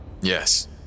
Yes